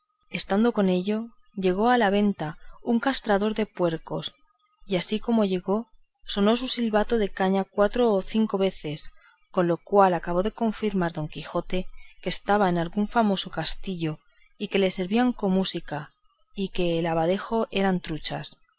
estando en esto llegó acaso a la venta un castrador de puercos y así como llegó sonó su silbato de cañas cuatro o cinco veces con lo cual acabó de confirmar don quijote que estaba en algún famoso castillo y que le servían con música y que el abadejo eran truchas